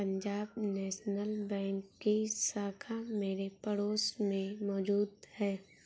Punjab national bank की शाखा मेरे पड़ोस में मौजूद है